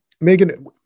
Megan